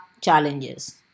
challenges